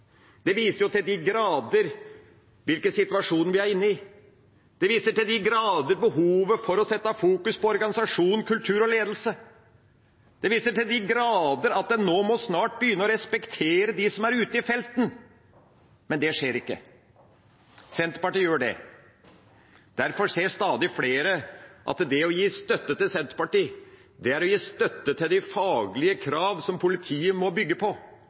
Det viser til de grader hvilken situasjon vi er i. Det viser til de grader behovet for å fokusere på organisasjon, kultur og ledelse. Det viser til de grader at nå må en snart begynne å respektere dem som er ute i felten, men det skjer ikke. Senterpartiet gjør det. Derfor ser stadig flere at det å gi støtte til Senterpartiet er å gi støtte til de faglige krav som politiet må bygge på.